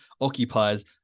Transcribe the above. occupies